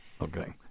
Okay